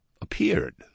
appeared